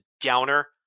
downer